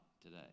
today